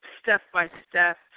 step-by-step